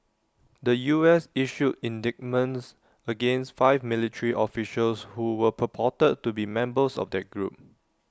the U S issued indictments against five military officials who were purported to be members of that group